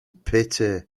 pity